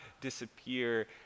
disappear